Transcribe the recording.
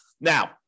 Now